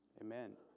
Amen